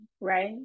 right